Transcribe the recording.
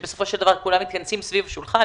שבסופו של דבר כולם מתכנסים סביב השולחן